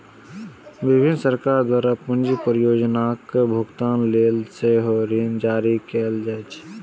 विभिन्न सरकार द्वारा पूंजी परियोजनाक भुगतान लेल सेहो ऋण जारी कैल जाइ छै